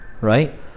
right